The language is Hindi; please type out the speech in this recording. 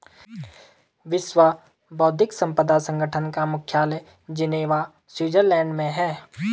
विश्व बौद्धिक संपदा संगठन का मुख्यालय जिनेवा स्विट्जरलैंड में है